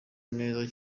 neza